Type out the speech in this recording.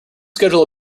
schedule